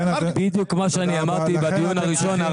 בדיוק מה שאמרתי בדיון הראשון.